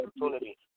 opportunity